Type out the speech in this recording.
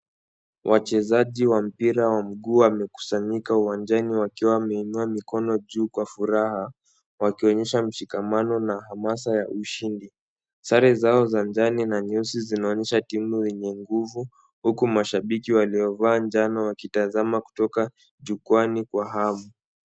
Wachezaji wa mpira wa mguu wamekusanyika uwanjani wakiwa wameinua mikono juu kwa furaha, wakionyesha mshikamano na hamasa ya ushindi. Sare zao za nyeusi na njano zinaonyesha timu yenye nguvu, huku mashabiki waliovaa njano wakitazama kutoka jukwaani kwa hamu.